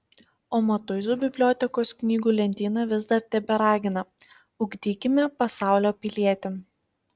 o matuizų bibliotekos knygų lentyna vis dar teberagina ugdykime pasaulio pilietį